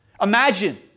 Imagine